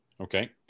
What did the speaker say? Okay